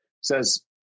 says